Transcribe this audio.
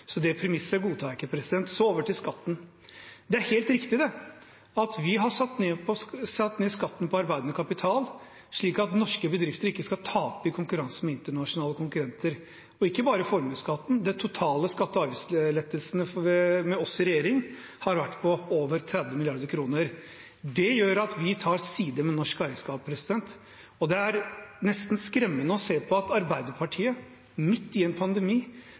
Så det premisset godtar jeg ikke. Så over til skatten: Det er helt riktig at vi har satt ned skatten på arbeidende kapital, slik at norske bedrifter ikke skal tape i konkurransen med internasjonale konkurrenter – og ikke bare formuesskatten: De totale skatte- og avgiftslettelsene med oss i regjering har vært på over 30 mrd. kr. Det gjør at vi tar side med norsk eierskap. Det er nesten skremmende å se på Arbeiderpartiet: Midt i en pandemi,